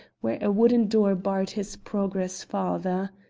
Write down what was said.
where a wooden door barred his progress farther.